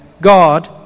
God